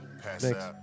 thanks